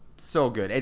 so good.